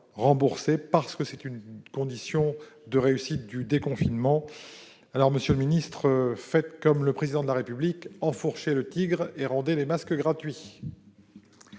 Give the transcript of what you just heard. remboursés. C'est une condition de la réussite du déconfinement. Monsieur le ministre, faites comme le Président de la République : enfourchez le tigre, et rendez les masques gratuits